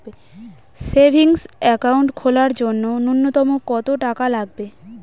Savings account খোলার জন্য নূন্যতম কত টাকা লাগবে?